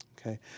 Okay